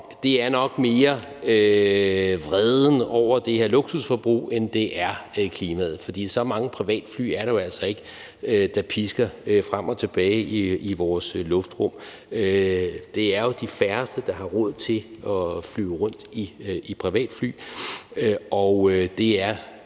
nok mere er vreden over det her luksusforbrug, end det er klimaet. For så mange privatfly er det jo altså ikke, der pisker frem og tilbage i vores luftrum. Det er jo de færreste, der har råd til at flyve rundt i privatfly, og